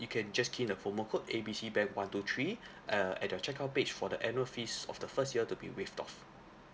you can just key in the promo code A B C bank one two three uh at the checkout page for the annual fees of the first year to be waived off